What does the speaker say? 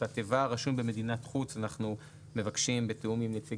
את התיבה "רשום במדינת חוץ" אנחנו מבקשים למחוק,